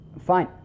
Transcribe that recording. Fine